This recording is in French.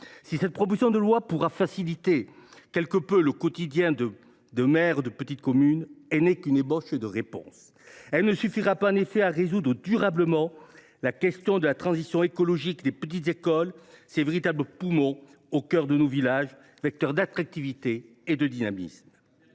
cette proposition de loi pourra faciliter, quelque peu, le quotidien de certains maires de petite commune, mais elle n’est qu’une ébauche de réponse. En effet, elle ne suffira pas à résoudre durablement la question de la transition écologique des petites écoles, ces véritables poumons au cœur des villages, vecteurs d’attractivité et de dynamisme.